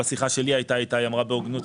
בשיחה שלי היא אמרה בהוגנות,